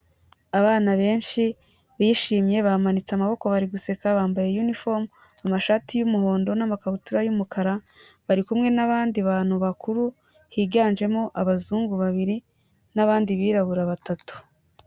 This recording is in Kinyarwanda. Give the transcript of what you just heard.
Abana benshi bishimye bamanitse amaboko bari guseka, bambaye yumfomu, amashati y'umuhondo n'makabutura y'umukara, bari kumwe n'abandi bantu bakuru higanjemo abazungu babiri n'abandi birabura batatu.